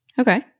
okay